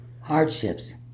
hardships